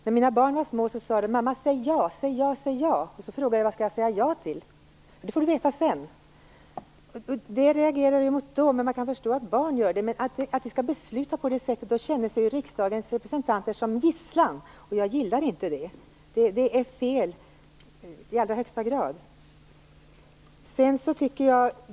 När mina barn var små sade de: Mamma, säg ja, säg ja! Jag frågade: Vad skall jag säga ja till? De svarade: Det får du veta sedan. Jag reagerade mot det då, även om man kan förstå att barn säger så. Men om vi som är riksdagens representanter skall fatta beslut på det sättet känner vi oss som gisslan. Jag gillar inte det. Det är i allra högsta grad fel.